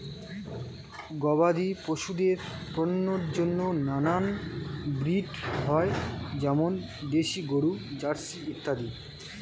গবাদি পশুদের পণ্যের জন্য নানান ব্রিড হয়, যেমন দেশি গরু, জার্সি ইত্যাদি